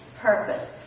purpose